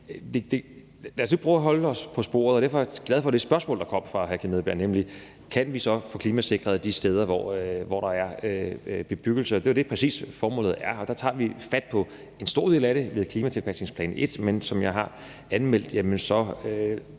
prøve at holde os på sporet, og derfor er jeg glad for det spørgsmål, der kom fra hr. Kim Edberg Andersen, nemlig det om, om vi så kan få klimasikret de steder, hvor der er bebyggelse. Det er præcis det, formålet er, og vi tager fat på en stor del af det ved klimatilpasningsplan 1. Men som jeg har anmeldt, er vi